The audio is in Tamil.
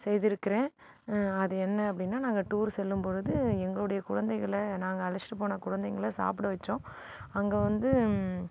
செய்திருக்கிறன் அது என்ன அப்படினா நாங்கள் டூர் செல்லும்பொழுது எங்களுடைய குழந்தைகளை நாங்கள் அழைச்சிட்டு போன குழந்தைங்களை சாப்பிட வச்சோம் அங்கே வந்து